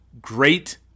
great